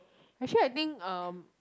actually I think erm